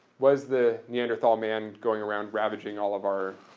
was the neanderthal man going around ravaging all of our